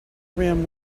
rim